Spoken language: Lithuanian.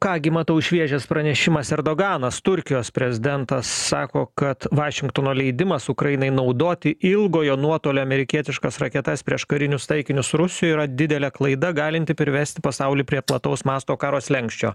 ką gi matau šviežias pranešimas erdoganas turkijos prezidentas sako kad vašingtono leidimas ukrainai naudoti ilgojo nuotolio amerikietiškas raketas prieš karinius taikinius rusijoj yra didelė klaida galinti privesti pasaulį prie plataus masto karo slenksčio